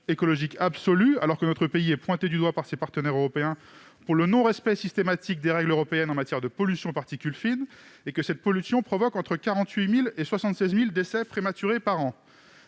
écologique absolu, alors que notre pays est pointé du doigt par ses partenaires européens pour le non-respect systématique des règles européennes en matière de pollution aux particules fines et que cette pollution provoque entre 48 000 et 76 000 décès prématurés par an.